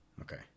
Okay